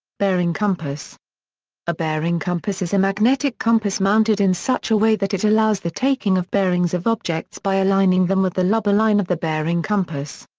bearing compass a bearing compass is a magnetic compass mounted in such a way that it allows the taking of bearings of objects by aligning them with the lubber line of the bearing compass.